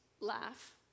laugh